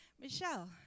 Michelle